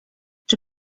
czy